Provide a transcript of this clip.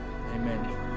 Amen